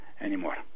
anymore